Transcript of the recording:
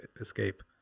escape